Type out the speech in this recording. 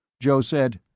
joe said,